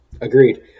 agreed